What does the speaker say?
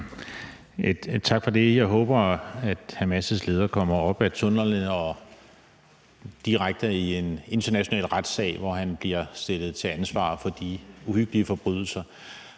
Tak for det. Jeg håber, at Hamas' leder kommer op fra tunnellerne og direkte ind i en international retssag, hvor han bliver stillet til ansvar for de uhyggelige forbrydelser.